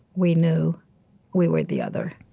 we knew we were the other.